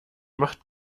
macht